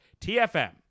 TFM